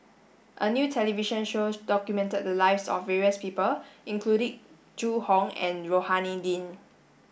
a new television show documented the lives of various people including Zhu Hong and Rohani Din